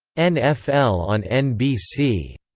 nfl on nbc